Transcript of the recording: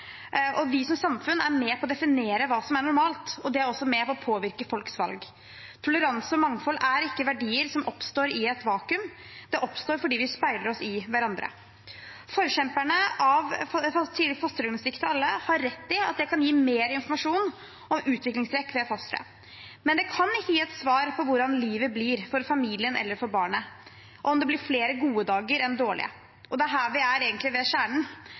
Vi som samfunn er med på å definere hva som er normalt, og det er også med på å påvirke folks valg. Toleranse og mangfold er ikke verdier som oppstår i et vakuum, det oppstår fordi vi speiler oss i hverandre. Forkjemperne for tidlig fosterdiagnostikk til alle har rett i at det kan gi mer informasjon om utviklingstrekk ved fosteret, men det kan ikke gi et svar på hvordan livet blir for familien eller for barnet, og om det blir flere gode dager enn dårlige. Det er her vi egentlig er ved kjernen: